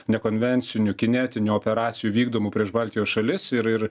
nekonvencinių kinetinių operacijų vykdomų prieš baltijos šalis ir ir